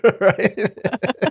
Right